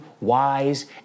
wise